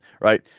Right